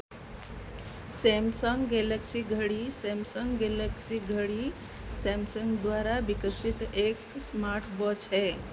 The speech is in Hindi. सैमसंग गैलेक्सी घड़ी सैमसंग गैलेक्सी घड़ी सैमसंग द्वारा विकसित एक स्मार्टवॉच है